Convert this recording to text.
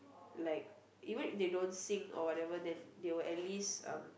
like even if they don't sing or whatever then they will at least uh